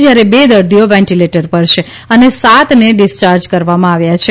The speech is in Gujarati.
જ્યારે બે દર્દીઓ વેન્ટીલેટર પર છે અને સાતને ડીસ્ચાર્જ કરવામાં આવ્યા છે